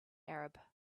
arab